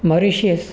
Mauritius